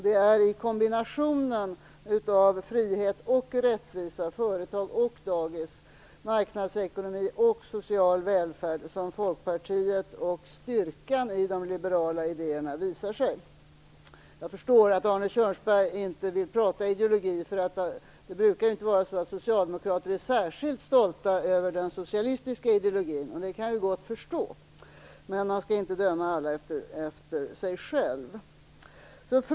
Det är ju i kombinationen frihet och rättvisa - företag och dagis/marknadsekonomi och social välfärd - som Folkpartiet och styrkan i de liberala idéerna visar sig. Jag förstår att Arne Kjörnsberg inte vill tala om ideologi. Socialdemokrater brukar inte vara särskilt stolta över den socialistiska ideologin. Det kan jag gott förstå. Men man skall inte döma alla efter sig själv.